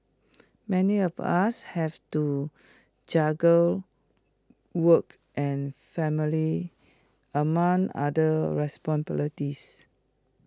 many of us have to juggle work and family among other responsibilities